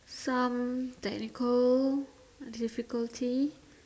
some technical difficulty